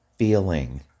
feeling